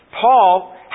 Paul